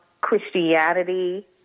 Christianity